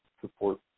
support